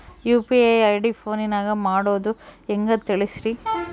UPI ID ಫೋನಿನಾಗ ಮಾಡೋದು ಹೆಂಗ ತಿಳಿಸ್ರಿ?